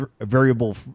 variable